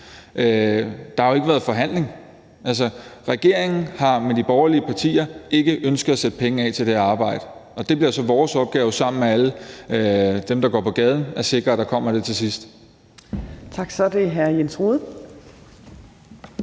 Der har jo ikke været forhandling. Altså, regeringen har med de borgerlige partier ikke ønsket at sætte penge af til det arbejde, og det bliver så vores opgave sammen med alle dem, der går på gaden, at sikre, at der kommer det til sidst.